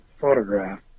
photograph